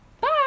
Bye